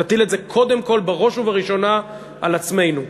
תטיל את זה קודם כול בראש ובראשונה על עצמנו.